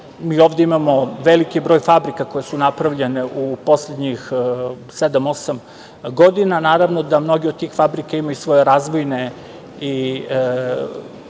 Mi ovde imamo veliki broj fabrika koje su napravljene u poslednjih 7-8 godina. Mnoge od tih fabrika imaju svoje razvojne i